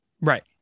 Right